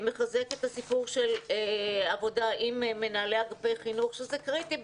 מחזק את הסיפור של עבודה עם מנהלי אגפי חינוך שבעיני זה קריטי.